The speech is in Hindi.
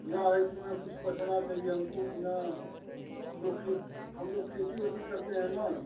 भैया इसमें कुछ बचना चाहिये हमको भी न हम लोग खे हम लोग खेती वेती करते हैं न